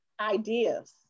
ideas